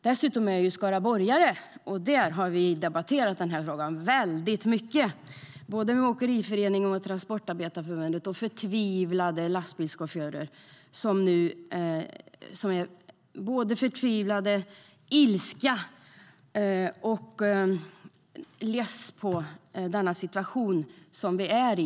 Dessutom är jag skaraborgare, och där har vi debatterat de här frågorna väldigt mycket med både Åkeriföreningen och Transportarbetareförbundet - och med förtvivlade lastbilschaufförer. De är förtvivlade, känner ilska och är leda på den situation vi befinner oss i.